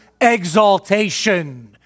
exaltation